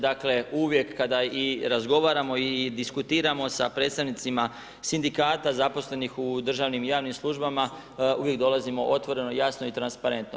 Dakle, uvijek kada i razgovaramo i diskutiramo sa predstavnicima sindikata zaposlenih u državnim i javnim službama, uvijek dolazimo otvoreno, jasno i transparentno.